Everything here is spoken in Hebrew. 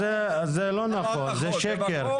זה לא נכון, זה שקר.